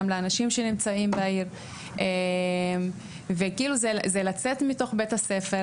גם לאנשים שנמצאים בעיר וכאילו זה לצאת מתוך בית הספר